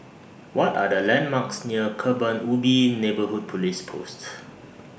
What Are The landmarks near Kebun Ubi Neighbourhood Police Post